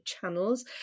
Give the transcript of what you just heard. channels